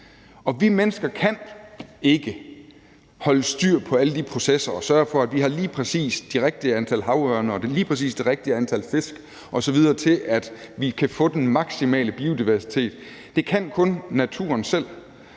Og vi mennesker kan ikke holde styr på alle de processer og sørge for, at vi har lige præcis det rigtige antal havørne og lige præcis det rigtige antal fisk osv. til, at vi kan få den maksimale biodiversitet. Det kan kun naturen selv.